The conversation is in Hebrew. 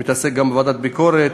מתעסק גם בוועדת ביקורת,